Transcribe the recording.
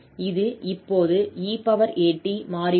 இது இப்போது 𝑒𝑎𝑡 மாறிவிடும்